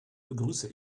begrüße